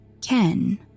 Ken